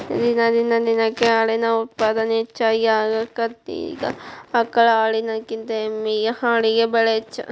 ದಿನದಿಂದ ದಿನಕ್ಕ ಹಾಲಿನ ಉತ್ಪಾದನೆ ಹೆಚಗಿ ಆಗಾಕತ್ತತಿ ಆಕಳ ಹಾಲಿನಕಿಂತ ಎಮ್ಮಿ ಹಾಲಿಗೆ ಬೆಲೆ ಹೆಚ್ಚ